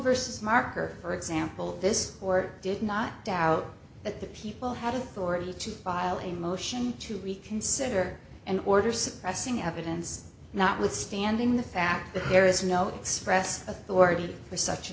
versus marker for example this court did not doubt that the people had a story to file a motion to reconsider and order suppressing evidence notwithstanding the fact that there is no express authority for such a